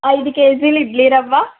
ఐదు కేజీలు ఇడ్లీ రవ్వ